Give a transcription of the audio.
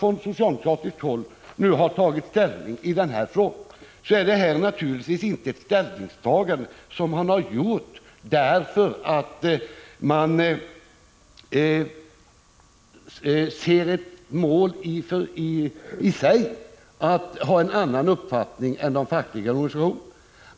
Det ställningstagande som nu har gjorts från socialdemokratiskt håll grundar sig naturligtvis inte på att man ser det som ett måli sig att ha en annan uppfattning än de fackliga organisationerna.